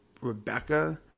Rebecca